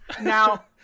Now